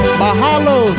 mahalo